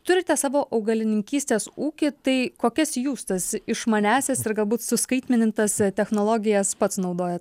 turite savo augalininkystės ūkį tai kokias jūs tas išmaniąsias ir galbūt suskaitmenintas technologijas pats naudojat